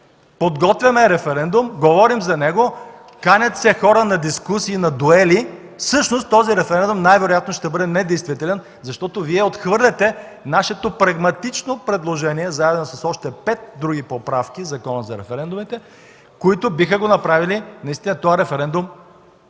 Подготвен е референдум, говорим за него, канят се хора на дискусии, на дуели, а всъщност този референдум най-вероятно ще бъде недействителен, защото Вие отхвърляте нашето прагматично предложение, заедно с още пет други поправки в Закона за референдумите, които биха направили този референдум